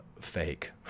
Fake